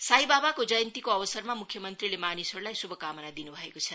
साई बाबाको जयन्तीको अवसरमा मुख्य मन्त्रीले मानिसहरूलाई शुभकामना दिनु भएको छ